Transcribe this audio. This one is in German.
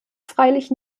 freilich